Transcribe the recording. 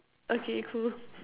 okay cool